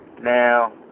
Now